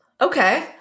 Okay